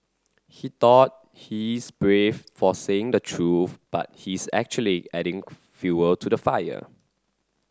he thought he's brave for saying the truth but he's actually adding fuel to the fire